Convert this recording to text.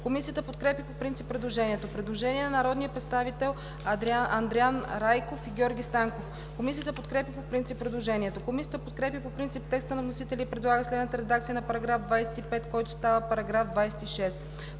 Комисията подкрепя по принцип предложението. Предложение на народния представител Андриан Райков и Георги Станков. Комисията подкрепя по принцип предложението. Комисията подкрепя по принцип текста на вносителя и предлага следната редакция на § 25, който става § 26: „§ 26.